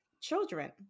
children